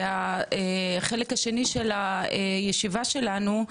והחלק השני של הישיבה שלנו,